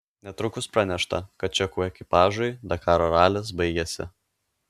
netrukus pranešta kad čekų ekipažui dakaro ralis baigėsi